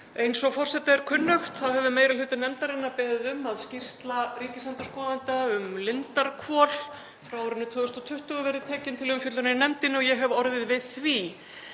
Eins og forseta er kunnugt þá hefur meiri hluti nefndarinnar beðið um að skýrsla ríkisendurskoðanda um Lindarhvol frá árinu 2020 verði tekin til umfjöllunar í nefndinni og ég hef orðið við því.